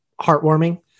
heartwarming